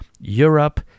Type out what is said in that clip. Europe